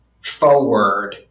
forward